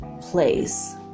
place